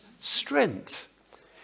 strength